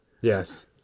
Yes